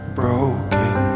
broken